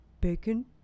Bacon